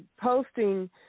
posting